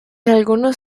algunos